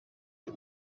the